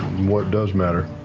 what does matter?